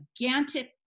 gigantic